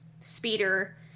speeder